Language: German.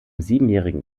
siebenjährigen